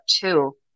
two